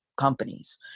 companies